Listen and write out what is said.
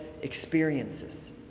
experiences